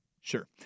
Sure